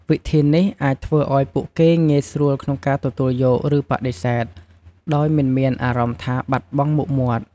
វិធីនេះ អាចធ្វើឲ្យពួកគេងាយស្រួលក្នុងការទទួលយក ឬបដិសេធ ដោយមិនមានអារម្មណ៍ថាបាត់បង់មុខមាត់។